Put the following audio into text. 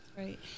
Right